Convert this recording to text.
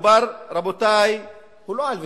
ומדובר, רבותי, לא על ויתור.